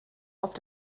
auf